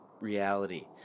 reality